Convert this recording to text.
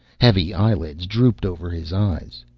heavy eyelids drooped over his eyes.